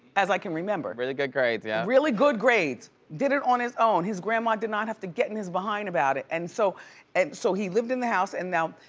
as i can remember. really good grades, yeah. really good grades. did it on his own. his grandma did not have to get in his behind about it. and so and so he lived in the house and now,